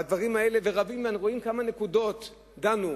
רבים רואים על כמה נקודות דנו,